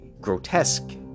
grotesque